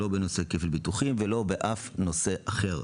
לא בנושא כפל ביטוחים ולא באף נושא אחר.